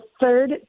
third